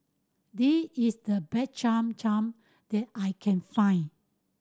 this is the best Cham Cham that I can find